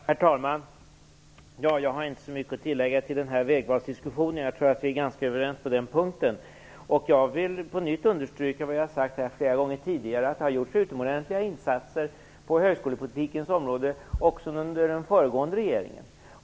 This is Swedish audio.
Herr talman! Jag har inte så mycket att lägga till den här vägvalsdiskussionen. Jag tror att vi är ganska överens på den punkten. Jag vill understryka vad jag sagt flera gånger tidigare att det har gjorts utomordentliga insatser på högskolepolitikens område också under den föregående regeringen.